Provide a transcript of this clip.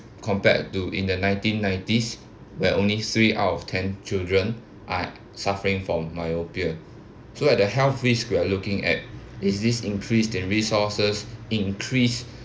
compared to in the nineteen nineties where only three out of ten children are suffering from myopia so at the health risks we're looking at is this increased in resources increase